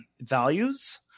values